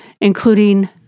including